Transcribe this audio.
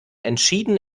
entschieden